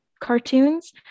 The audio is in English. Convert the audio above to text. cartoons